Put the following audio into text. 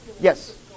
Yes